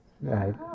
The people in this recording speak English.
right